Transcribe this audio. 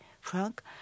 Frank